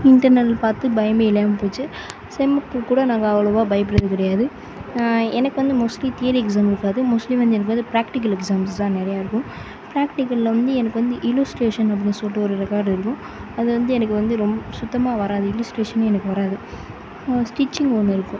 internal பார்த்து பயமே இல்லாமல் போச்சு செம்முக்கு கூட நாங்கள் அவ்வளோவா பயப்பட்றது கிடையாது எனக்கு வந்து மோஸ்ட்லி தியரி எக்ஸாம் இருக்காது மோஸ்ட்லி வந்து எனக்கு வந்து பிராக்டிக்கல் எக்ஸாம்ஸ் தான் நிறையா இருக்கும் பிராக்டிக்கலில் வந்து எனக்கு வந்து இல்லுஸ்ட்ரேஷன் அப்படின்னு சொல்லிட்டு ஒரு ரெக்கார்டு இருக்கும் அது வந்து எனக்கு வந்து ரொம்ப சுத்தமாக வராது இல்லுஸ்ட்ரேஷனே எனக்கு வராது ஸ்டிச்சிங் ஒன்று இருக்கும்